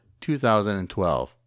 2012